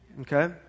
Okay